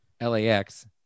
LAX